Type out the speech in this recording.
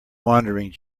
wandering